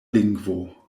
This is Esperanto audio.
lingvo